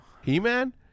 He-Man